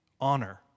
honor